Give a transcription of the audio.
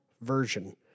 version